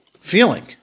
feeling